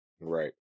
Right